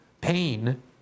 pain